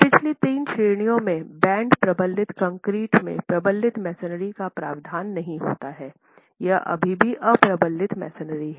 पिछली 3 श्रेणियों में बैंड प्रबलित कंक्रीट में प्रबलित मैसनरी का प्रावधान नहीं करता है यह अभी भी अप्रबलित मैसनरी है